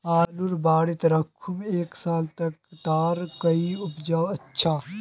आलूर बारित राखुम एक साल तक तार कोई उपाय अच्छा?